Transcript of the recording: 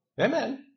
Amen